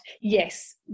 yes